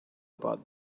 about